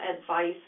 advice